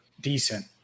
decent